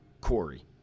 Corey